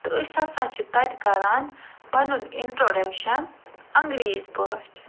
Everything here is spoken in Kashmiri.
تہٕ أسۍ ہسا چھِ تَتہِ کران پَنُن انٛٹرٛوڈکشَن انگریٖزۍ پٲٹھۍ